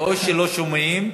או שלא שומעים.